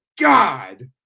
God